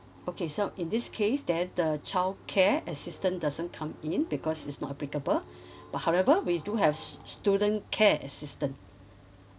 okay so in this case then the childcare assistance doesn't come in because it's not applicable but however we do have s~ student care assistance